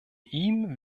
ihm